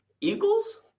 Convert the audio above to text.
Eagles